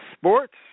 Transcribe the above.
sports